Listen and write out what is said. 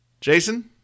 Jason